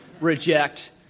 reject